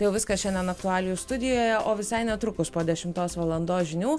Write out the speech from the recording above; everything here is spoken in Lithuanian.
jau viskas šiandien aktualijų studijoje o visai netrukus po dešimtos valandos žinių